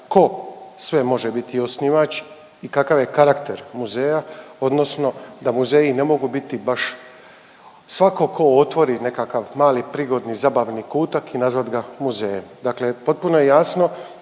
ko sve može biti osnivač i kakav je karakter muzeja odnosno da muzeji ne mogu biti baš svako tko otvori nekakav mali, prigodni zabavni kutak i nazvat ga muzejom. Dakle, potpuno je jasno